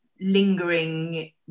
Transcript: lingering